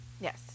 Yes